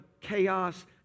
chaos